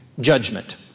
judgment